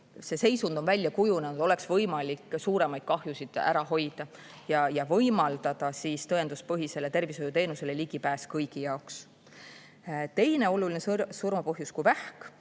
see seisund on välja kujunenud, oleks võimalik suuremaid kahjusid ära hoida ja võimaldada tõenduspõhisele tervishoiuteenusele ligipääs kõigi jaoks. Teine oluline surma põhjus on vähk.